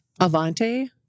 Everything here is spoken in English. Avante